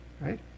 right